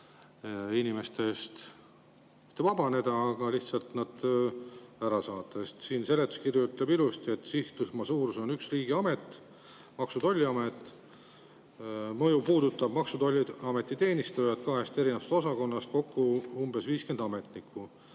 inimestest vabaneda, nad lihtsalt ära saata. Seletuskiri ütleb ilusti, et sihtrühma suurus on üks riigiamet, Maksu- ja Tolliamet. Mõju puudutab Maksu- ja Tolliameti teenistujat, kahest erinevast osakonnast kokku umbes 50 ametnikku.